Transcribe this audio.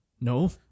no